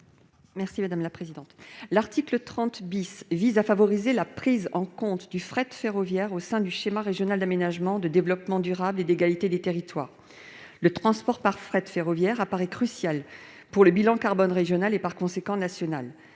Mme Catherine Belrhiti. L'article 30 vise à favoriser la prise en compte du fret ferroviaire au sein du schéma régional d'aménagement, de développement durable et d'égalité des territoires. Le transport par fret ferroviaire apparaît crucial pour le bilan carbone régional et national.